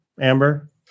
Amber